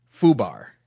FUBAR